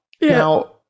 Now